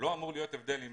הבדל אם